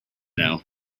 know